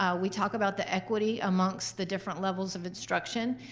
um we talked about the equity amongst the different levels of instruction.